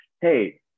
hey